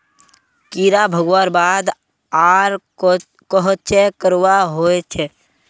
कीड़ा भगवार बाद आर कोहचे करवा होचए?